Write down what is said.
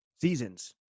Seasons